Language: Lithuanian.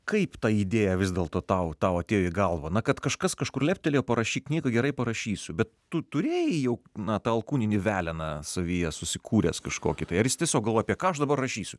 kaip ta idėja vis dėlto tau tau atėjo į galvą na kad kažkas kažkur leptelėjo parašyk knygą gerai parašysiu bet tu turėjai jau na tą alkūninį veleną savyje susikūręs kažkokį tai ar jis tiesiog galvoj apie ką aš dabar rašysiu